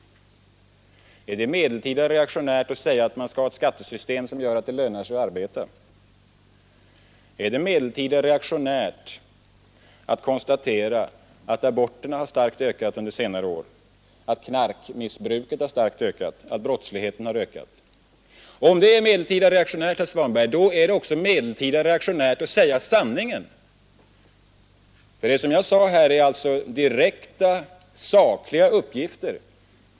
När blev det reaktionärt att framföra sanningen? För detta är dock sanningen. När blev det reaktionärt att som ett förslag till en bättre regionalpolitik säga att det vore bra att ha lägre teleavgifter och lägre biljettpriser på järnväg och flyg?